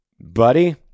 buddy